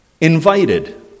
invited